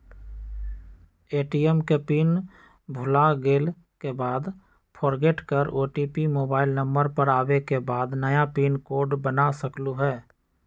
ATM के pin भुलागेल के बाद फोरगेट कर ओ.टी.पी मोबाइल नंबर पर आवे के बाद नया पिन कोड बना सकलहु ह?